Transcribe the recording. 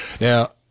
Now